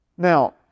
Now